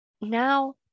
now